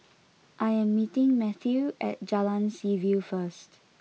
I am meeting Matthew at Jalan Seaview first